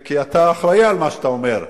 כי אתה אחראי למה שאתה אומר.